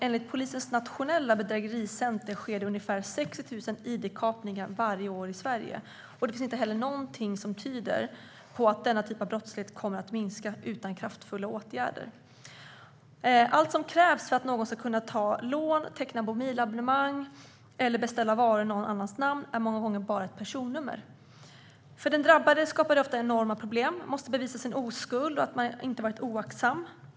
Enligt samma centrum sker det ungefär 60 000 id-kapningar varje år i Sverige, och det finns inget som tyder på att denna typ av brottslighet kommer att minska utan kraftfulla åtgärder. Det som krävs för att någon ska kunna ta lån, teckna mobilabonnemang eller beställa varor i någon annans namn är många gånger bara ett personnummer. För den drabbade skapar det ofta enorma problem. Man måste bevisa sin oskuld och att man inte har varit oaktsam.